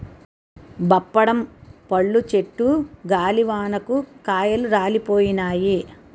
బప్పడం పళ్ళు చెట్టు గాలివానకు కాయలు రాలిపోయినాయి